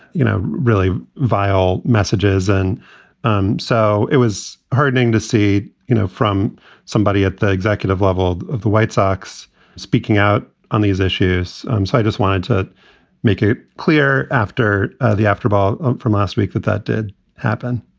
you know, really vile messages. and um so it was heartening to see, you know, from somebody at the executive level of the white sox speaking out on these issues so i just wanted to make it clear after the after ball from last week that that did happen